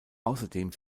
außerdem